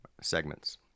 segments